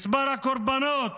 מספר הקורבנות